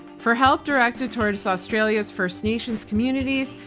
for help directed towards australia's first nations communities,